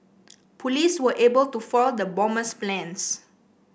police were able to foil the bomber's plans